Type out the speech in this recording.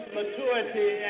maturity